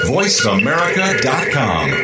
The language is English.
VoiceAmerica.com